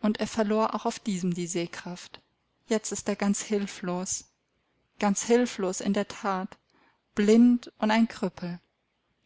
und er verlor auch auf diesem die sehkraft jetzt ist er ganz hilflos ganz hilflos in der that blind und ein krüppel